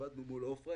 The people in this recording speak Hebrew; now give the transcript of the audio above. עבדנו מול עפרה.